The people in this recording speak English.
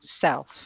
self